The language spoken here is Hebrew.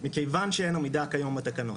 מכיוון שאין עמידה היום בתקנות,